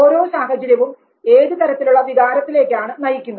ഓരോ സാഹചര്യവും ഏതുതരത്തിലുള്ള വികാരത്തിലേക്കാണ് നയിക്കുന്നത്